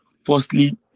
firstly